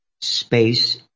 space